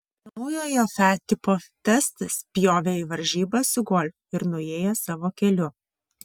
naujojo fiat tipo testas spjovė į varžybas su golf ir nuėjo savo keliu